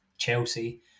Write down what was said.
Chelsea